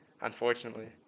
unfortunately